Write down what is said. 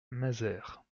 mazères